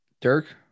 Dirk